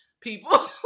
people